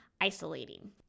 isolating